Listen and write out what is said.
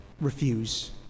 refuse